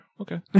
okay